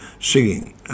singing